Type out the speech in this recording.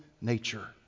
nature